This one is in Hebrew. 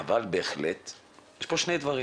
בהחלט יש כאן שני דברים.